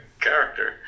character